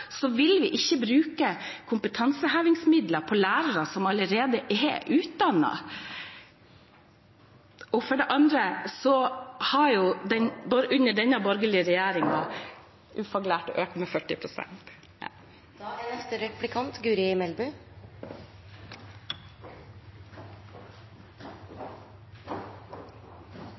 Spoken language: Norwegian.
vil vi ikke bruke kompetansehevingsmidler på lærere som allerede er utdannet. For det andre har antall ufaglærte økt med 40 pst. under denne borgerlige